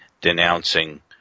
denouncing